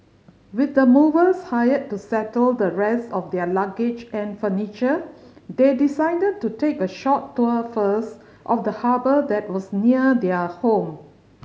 with the movers hired to settle the rest of their luggage and furniture they decided to take a short tour first of the harbour that was near their home